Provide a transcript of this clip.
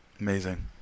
amazing